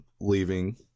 leaving